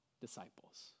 disciples